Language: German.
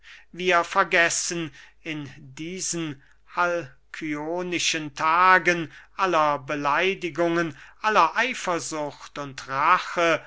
wir vergessen in diesen halcyonischen tagen aller beleidigungen aller eifersucht und rache